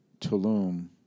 Tulum